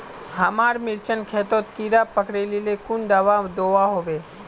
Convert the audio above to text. हमार मिर्चन खेतोत कीड़ा पकरिले कुन दाबा दुआहोबे?